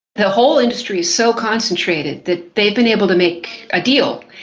the whole industry is so concentrated that they've been able to make a deal.